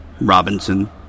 Robinson